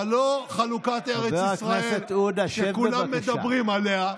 אבל לא חלוקת ארץ ישראל שכולם מדברים עליה,